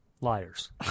Liars